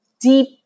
deep